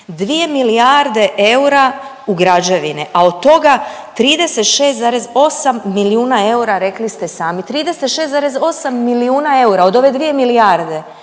2 milijarde eura u građevine, a od toga 36,8 milijuna eura rekli ste i sami 36,8 milijuna eura od ove dvije milijarde